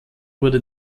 wurde